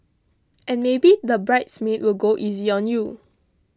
and maybe the bridesmaid will go easy on you